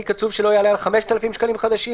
קצוב שלא יעלה על 5,000 שקלים חדשים,